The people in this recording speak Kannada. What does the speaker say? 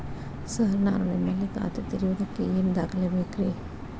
ಸರ್ ನಾನು ನಿಮ್ಮಲ್ಲಿ ಖಾತೆ ತೆರೆಯುವುದಕ್ಕೆ ಏನ್ ದಾಖಲೆ ಬೇಕ್ರಿ?